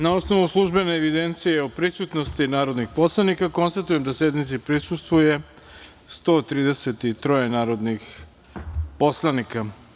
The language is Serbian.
Na osnovu službene evidencije o prisutnosti narodnih poslanika, konstatujem da sednici prisustvuje 133 narodnih poslanika.